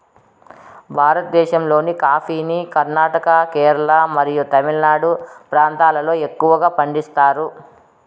భారతదేశంలోని కాఫీని కర్ణాటక, కేరళ మరియు తమిళనాడు ప్రాంతాలలో ఎక్కువగా పండిస్తారు